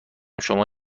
شما